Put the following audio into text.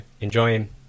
enjoying